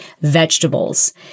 vegetables